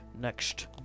next